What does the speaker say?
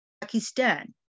Pakistan